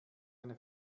eine